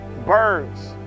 birds